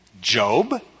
Job